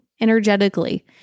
energetically